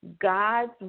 God's